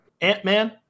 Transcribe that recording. Ant-Man